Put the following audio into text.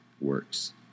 works